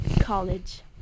College